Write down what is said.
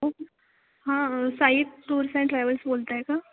okay हां Sai tours and travels बोलत आहे का